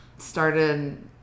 started